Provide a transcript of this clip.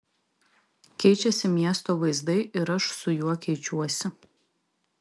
keičiasi miesto vaizdai ir aš su juo keičiuosi